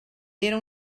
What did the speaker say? era